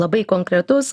labai konkretus